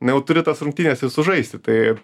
na jau turi tas rungtynes ir sužaisti tai